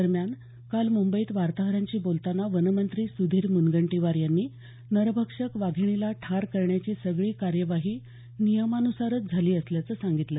दरम्यान काल मुंबईत वार्ताहरांशी बोलतांना वनमंत्री सुधीर मुनगंटीवार यांनी नरभक्षक वाघिणीला ठार करण्याची सगळी कार्यवाही नियमानुसारच झाली असल्याचं सांगितलं